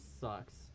sucks